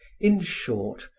in short,